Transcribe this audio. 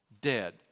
Dead